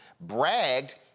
bragged